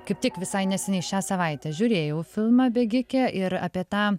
kaip tik visai neseniai šią savaitę žiūrėjau filmą bėgikė ir apie tą